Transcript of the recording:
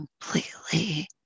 completely